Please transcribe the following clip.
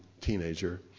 teenager